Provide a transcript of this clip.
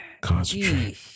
Concentrate